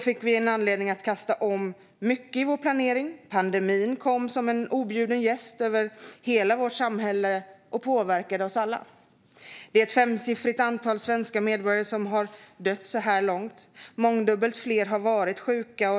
fick vi anledning att kasta om mycket i vår planering. Pandemin kom som en objuden gäst för hela vårt samhälle och påverkade oss alla. Det är ett femsiffrigt antal svenska medborgare som har dött så här långt. Mångdubbelt fler har varit sjuka.